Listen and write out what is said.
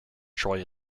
troy